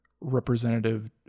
representative